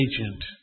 agent